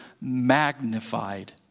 magnified